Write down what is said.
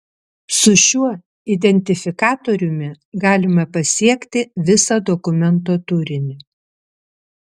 su šiuo identifikatoriumi galima pasiekti visą dokumento turinį